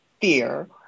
fear